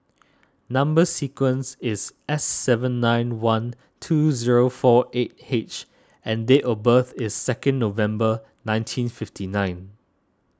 Number Sequence is S seven nine one two zero four eight H and date of birth is second November nineteen fifty nine